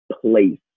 place